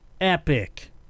Epic